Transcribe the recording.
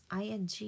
ing